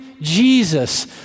Jesus